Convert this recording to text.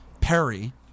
Perry